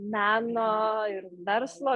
meno ir verslo